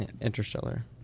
Interstellar